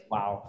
Wow